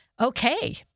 Okay